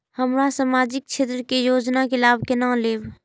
हम सामाजिक क्षेत्र के योजना के लाभ केना लेब?